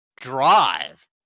drive